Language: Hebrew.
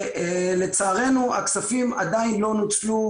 ולצערנו הכספים עדיין לא נוצלו,